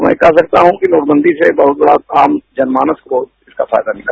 मैं कह सकता हूं कि नोटबंदी से बहुत बड़ा आम जनमानस को इसका फायदा मिला